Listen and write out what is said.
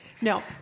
No